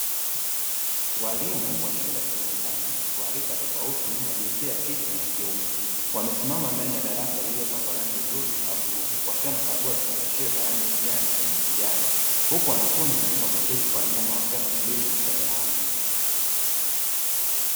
Walimu wa shule ya sekondari wa rika tofauti na jinsia ya kike na kiume, wamesimama ndani ya darasa lililopakwa rangi nzuri ya bluu, wakiwa wanakagua vifungashio vya rangi ya kijani vyenye mitihani, huku wanafunzi wameketi kwa nyuma wakiwa wanasubiri mitihani yao.